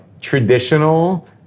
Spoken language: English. traditional